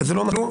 זה לא נכון.